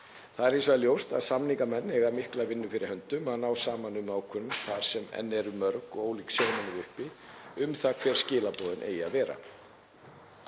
Það er hins vegar ljóst að samningamenn eiga mikla vinnu fyrir höndum að ná saman um ákvörðun þar sem enn eru mörg og ólík sjónarmið uppi um það hver skilaboðin eiga að vera.